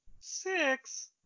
Six